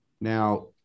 Now